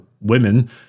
women